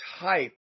type